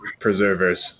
preservers